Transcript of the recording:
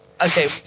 Okay